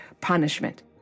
punishment